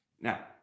Now